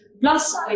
Plus